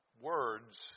Words